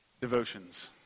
devotions